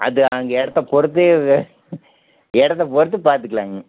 அது அங்கே இடத்த பொறுத்தே இடத்த பொறுத்து பார்த்துக்கலாங்க